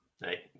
hey